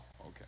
okay